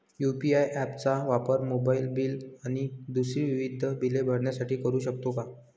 UPI app चा वापर mobile bill आणि दुसरी विविध बिले भरण्यासाठी करू शकतो का?